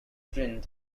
print